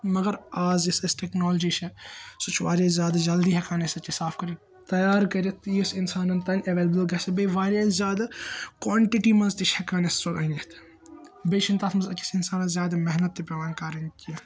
مَگَر آز یُس اَسہِ ٹیٚکنالجی چھِ سُہ چھِ وارِیاہ زیادٕ جَلدی ہیٚکان أسۍ أکہِ صاف کٔرتھ تَیار کٔرتھ تہٕ یُس اِنسانَن تانۍ ایٚولِیبٕل گَژھہِ بیٚیہ وارِیاہ زیادٕ کانٹِٹی منٛز تہِ چھِ ہیٚکان أسۍ سُہ أنِتھ بیٚیہ چھِنہٕ تَتھ منٛز أکِس اِنسانَس زیادٕ محنَت تہِ پیٚوان کَرٕنۍ کیٚنٛہہ